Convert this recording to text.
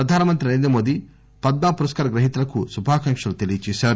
ప్రధానమంత్రి నరేంద్రమోదీ పద్మ పురస్కార గ్రహీతలకు శుభాకాంక్షలు తెలియచేసారు